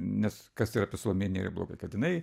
nes kas tai yra apie salomėją nėrį blogai kad jinai